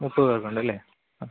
മുപ്പത് പേര്ക്ക് ഉണ്ടല്ലേ ആ